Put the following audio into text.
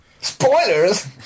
Spoilers